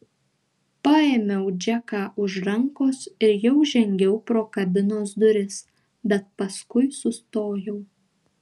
paėmiau džeką už rankos ir jau žengiau pro kabinos duris bet paskui sustojau